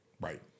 Right